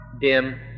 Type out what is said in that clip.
dim